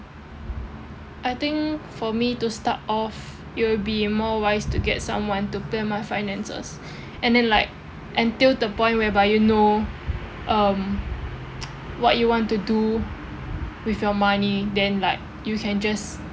I think for me to start off it will be more wise to get someone to plan my finances and then like until the point whereby you know um what you want to do with your money then like you can just